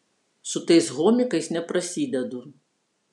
su tais homikais neprasidedu